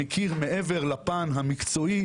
מכיר מעבר לפן המקצועי,